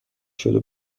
شده